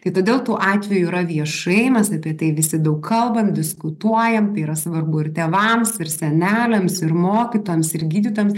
kai todėl tų atvejų yra viešai mes apie tai visi daug kalbam diskutuojam tai yra svarbu ir tėvams ir seneliams ir mokytojams ir gydytojams